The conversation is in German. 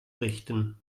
richten